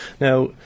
Now